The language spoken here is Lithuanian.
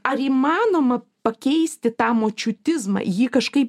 ar įmanoma pakeisti tą močiutizmą jį kažkaip